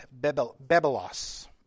Bebelos